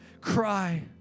cry